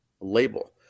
label